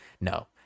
No